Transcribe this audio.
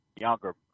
younger